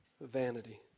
vanity